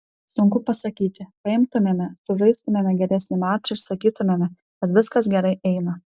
sunku pasakyti paimtumėme sužaistumėme geresnį mačą ir sakytumėme kad viskas gerai eina